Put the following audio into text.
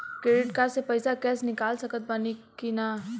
Credit card से पईसा cash निकाल सकत बानी की ना?